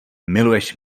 miluješ